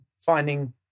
finding